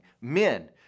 men